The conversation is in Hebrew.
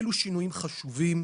אלו שינויים חשובים,